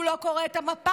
הוא לא קורא את המפה.